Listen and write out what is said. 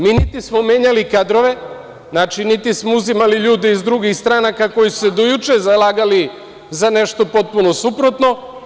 Mi niti smo menjali kadrove, znači niti smo uzimali ljude iz drugih stranaka koje su se do juče zalagali za nešto potpuno suprotno.